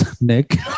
Nick